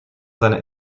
seine